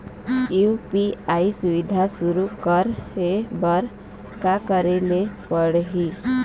UPI सुविधा शुरू करे बर का करे ले पड़ही?